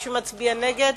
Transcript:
ומי שמצביע נגד,